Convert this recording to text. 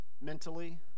mentally